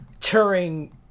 Turing